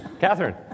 Catherine